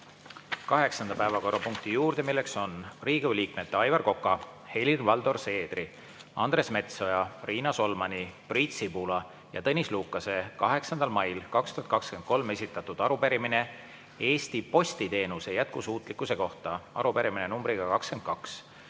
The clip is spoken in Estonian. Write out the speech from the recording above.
päevakorrapunkti juurde, milleks on Riigikogu liikmete Aivar Koka, Helir-Valdor Seedri, Andres Metsoja, Riina Solmani, Priit Sibula ja Tõnis Lukase 8. mail 2023 esitatud arupärimine Eesti postiteenuse jätkusuutlikkuse kohta, arupärimine numbriga 22.